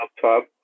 top